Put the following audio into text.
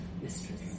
mistress